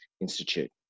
Institute